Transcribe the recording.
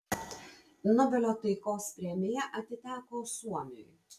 nobelio taikos premija atiteko suomiui